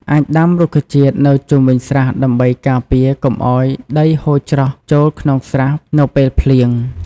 អាចដាំរុក្ខជាតិនៅជុំវិញស្រះដើម្បីការពារកុំឲ្យដីហូរច្រោះចូលក្នុងស្រះនៅពេលភ្លៀង។